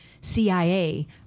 CIA